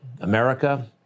America